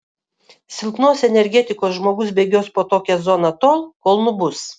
silpnos energetikos žmogus bėgios po tokią zoną tol kol nubus